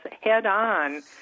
head-on